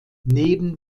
neben